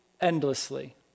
endlessly